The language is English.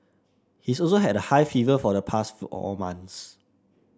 he is also had a high fever for the past four all months